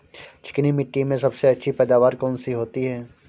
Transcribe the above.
चिकनी मिट्टी में सबसे अच्छी पैदावार कौन सी होती हैं?